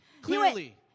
clearly